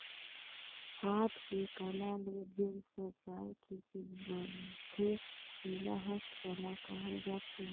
हाथ के कला ले जेन सजाए के चीज बनथे तेला हस्तकला कहल जाथे